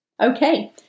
okay